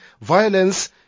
violence